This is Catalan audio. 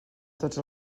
tots